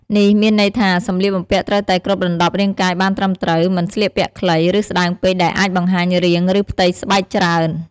នេះមានន័យថា សម្លៀកបំពាក់ត្រូវតែគ្របដណ្ដប់រាងកាយបានត្រឹមត្រូវ មិនស្លៀកពាក់ខ្លី ឬស្តើងពេកដែលអាចបង្ហាញរាង ឬផ្ទៃស្បែកច្រើន។